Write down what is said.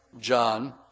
John